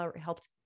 helped